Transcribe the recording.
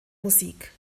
musik